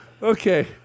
Okay